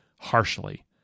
harshly